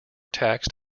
taxed